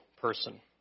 person